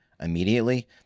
immediately